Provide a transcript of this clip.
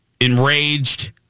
enraged